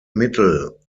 mittel